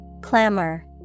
Clamor